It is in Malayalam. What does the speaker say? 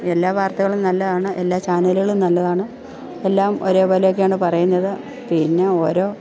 എല്ലാ വാർത്തകളും നല്ലതാണ് എല്ലാ ചാനലുകളും നല്ലതാണ് എല്ലാം ഒരേപോലെയൊക്കെയാണ് പറയുന്നത് പിന്നെ ഓരോ